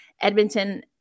Edmonton